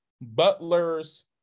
butlers